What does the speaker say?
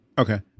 Okay